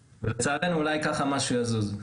לצערנו אולי ככה משהו יזוז.